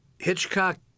Hitchcock